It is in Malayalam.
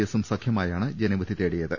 എസും സഖ്യമായാണ് ജനവിധി തേടിയത്